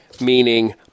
meaning